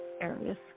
areas